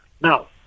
Now